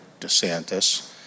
DeSantis